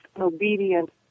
obedient